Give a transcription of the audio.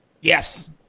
Yes